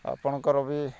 ଆପଣଙ୍କର ବି